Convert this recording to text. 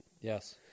Yes